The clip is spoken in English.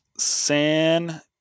San